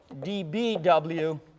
dBW